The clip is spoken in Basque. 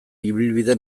ibilbide